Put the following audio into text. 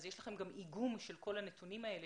יש לכם גם איגום של כל הנתונים האלה,